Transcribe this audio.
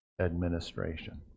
administration